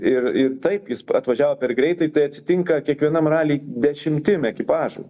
ir ir taip jis atvažiavo per greitai tai atsitinka kiekvienam raly dešimtim ekipažų